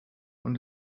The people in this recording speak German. und